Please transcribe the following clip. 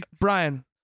brian